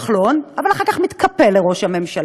כחלון, אבל אחר כך מתקפל מול ראש הממשלה,